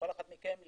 כל אחד מכם יחשוב,